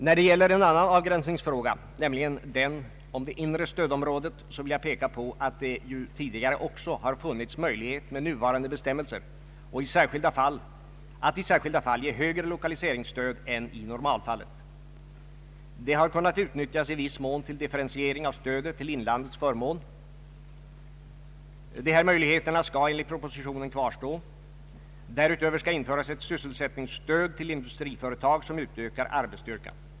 När det gäller en annan avgränsningsfråga, nämligen den om det inre stödområdet, vill jag peka på att det ju även tidigare med nuvarande bestämmelser har funnits möjligheter att i särskilda fall ge högre lokaliseringsstöd än i normalfallen. Det har kunnat utnyttjas i viss mån till differentiering av stödet till inlandets förmån. Dessa möjligheter skall enligt propositionen kvarstå. Därutöver skall införas ett sysselsättningsstöd till industriföretag som utökar arbetsstyrkan.